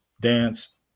dance